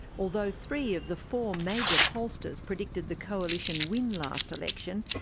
although three of the four major pollsters predicted the coalition win last election,